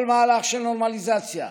כל מהלך של נורמליזציה,